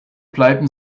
bleiben